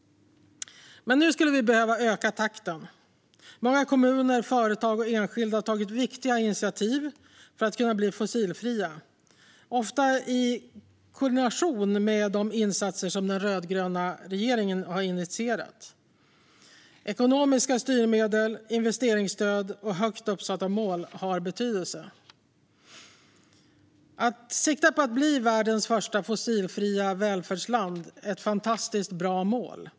Nu skulle vi dock behöva öka takten. Många kommuner, företag och enskilda har tagit viktiga initiativ för att kunna bli fossilfria, ofta i kombination med de insatser som den rödgröna regeringen har initierat. Ekonomiska styrmedel, investeringsstöd och högt uppsatta mål har betydelse. Att bli världens första fossilfria välfärdsland är ett fantastiskt bra mål.